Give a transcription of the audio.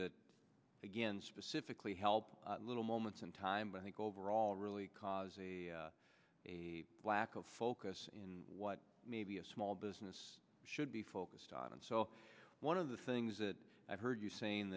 that again specifically help little moments in time but i think overall really cause a lack of focus in what may be a small business should be focused on and so one of the things that i've heard you